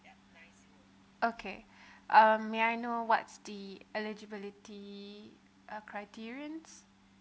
okay um may I know what's the eligibility err criterions